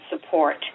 support